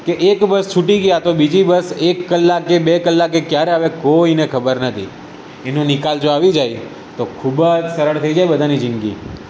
કે એક બસ છૂટી ગયાં તો બીજી બસ એક કલાકે બે કલાકે ક્યારે આવે કોઈને ખબર નથી એનો નિકાલ જો આવી જાય તો ખૂબ જ સરળ થઈ જાય બધાની જિંદગી